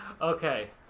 Okay